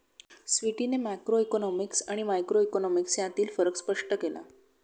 स्वीटीने मॅक्रोइकॉनॉमिक्स आणि मायक्रोइकॉनॉमिक्स यांतील फरक स्पष्ट केला